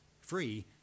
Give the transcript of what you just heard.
free